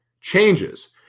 changes